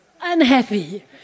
Unhappy